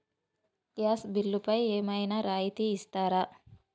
Gas బిల్లుపై ఏమైనా రాయితీ ఇస్తారా?